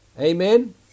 Amen